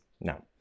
Now